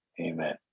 Amen